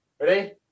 Ready